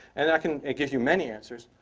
and i can give you many answers.